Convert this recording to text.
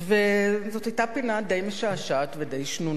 זאת היתה פינה די משעשעת ודי שנונה,